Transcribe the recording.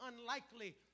unlikely